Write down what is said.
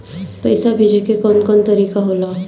पइसा भेजे के कौन कोन तरीका होला?